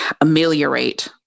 ameliorate